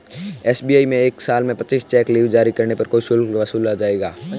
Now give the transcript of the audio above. SBI में एक साल में पच्चीस चेक लीव जारी करने पर कोई शुल्क नहीं वसूला जाएगा